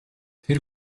тэр